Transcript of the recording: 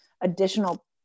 additional